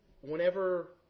Whenever